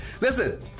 Listen